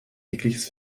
jegliches